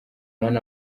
hano